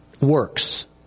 works